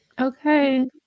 Okay